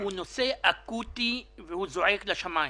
הוא נושא אקוטי והוא זועק לשמיים.